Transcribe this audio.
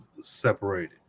separated